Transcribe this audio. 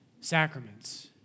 sacraments